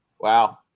Wow